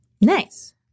Nice